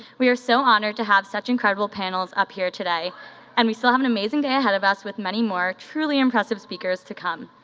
we are so honored to have such incredible panels up here today and we still have an amazing day ahead of us with many more truly impressive speakers to come.